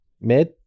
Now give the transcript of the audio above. Mid